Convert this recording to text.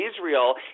Israel